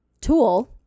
tool